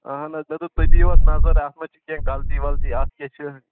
اَہَن حظ مےٚ دوٚپ تُہۍ دِیو اَتھ نظر اَتھ ما چھِ کیٚنٛہہ غلطی ولطی اَتھ کیٛاہ چھُ